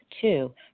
Two